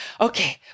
Okay